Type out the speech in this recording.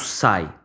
sai